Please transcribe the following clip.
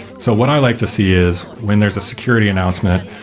so what i like to see is when there's a security announcement,